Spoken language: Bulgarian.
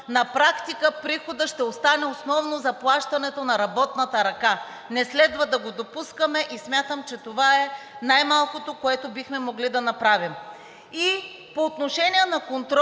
приходът ще остане основно за плащането на работната ръка. Не следва да го допускаме и смятам, че това е най-малкото, което бихме могли да направим. И по отношение на контрола